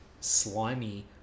slimy